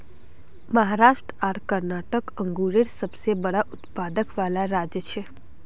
महाराष्ट्र आर कर्नाटक अन्गुरेर सबसे बड़ा उत्पादक वाला राज्य छे